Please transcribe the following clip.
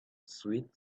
sweet